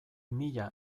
mila